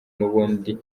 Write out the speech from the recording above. n’ubundi